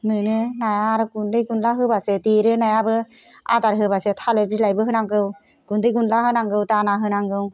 मोनो ना आरो गुन्दै गुन्दा होबासो देरो नायाबो आदार होबासो थालिर बिलाइबो होनांगौ गुन्दै गुनला होनांगौ दाना होनांगौ